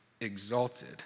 exalted